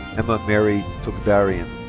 emma mary tukdarian.